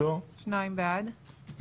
חוק ומשפט להקדמת הדיון בהצעת חוק סמכויות